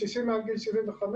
קשישים מעל גיל 75,